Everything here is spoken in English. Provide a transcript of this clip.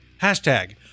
hashtag